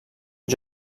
els